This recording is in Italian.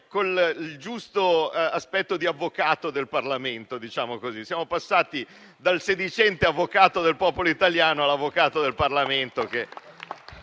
con il giusto aspetto di avvocato del Parlamento. Siamo passati dal sedicente avvocato del popolo italiano all'avvocato del Parlamento,